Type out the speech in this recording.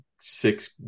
six